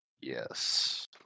Yes